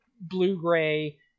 blue-gray